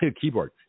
keyboard